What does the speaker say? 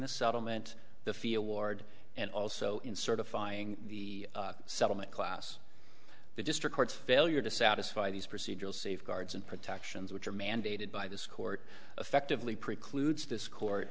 this settlement the fia ward and also in certifying the settlement class the district courts failure to satisfy these procedural safeguards and protections which are mandated by this court effectively precludes this court